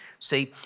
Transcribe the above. See